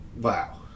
Wow